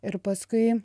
ir paskui